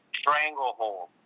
stranglehold